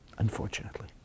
Unfortunately